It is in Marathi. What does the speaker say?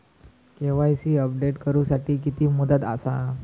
के.वाय.सी अपडेट करू साठी किती मुदत आसा?